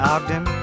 Ogden